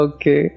Okay